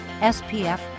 SPF